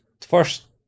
first